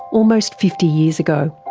almost fifty years ago.